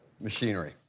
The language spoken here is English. machinery